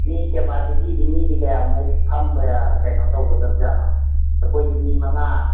ꯃꯤ ꯀꯦꯄꯥꯁꯤꯇꯤꯗꯤ ꯃꯤꯗꯤ ꯀꯌꯥꯃꯨꯛ ꯐꯝꯕ ꯀꯩꯅꯣ ꯇꯧꯒꯗꯕꯖꯥꯠꯅꯣ ꯑꯩꯈꯣꯏꯗꯤ ꯃꯤ ꯃꯉꯥ